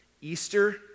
Easter